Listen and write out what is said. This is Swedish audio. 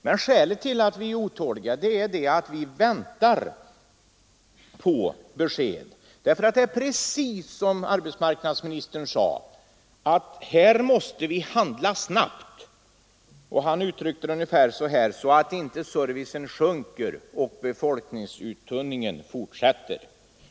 Men skälet till att vi är otåliga är ju att det förhåller sig precis så som arbetsmarknadsministern sade, nämligen att man måste handla snabbt för att — han uttryckte det ungefär så — inte servicen skall minska och befolkningsuttunningen fortsätta.